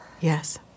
Yes